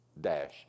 dash